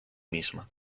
misma